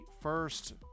first